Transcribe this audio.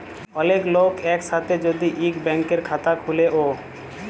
ওলেক লক এক সাথে যদি ইক ব্যাংকের খাতা খুলে ও